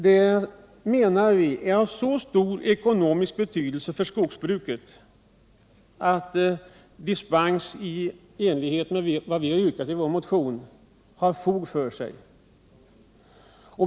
Det menar vi är av så stor ekonomisk betydelse för skogsbruket att dispens i enlighet med vad vi har yrkat i vår motion har fog för sig.